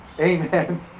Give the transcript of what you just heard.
Amen